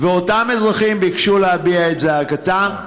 ואותם אזרחים ביקשו להביע את זעקתם,